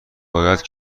باید